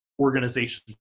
organization's